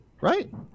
right